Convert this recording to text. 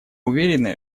уверены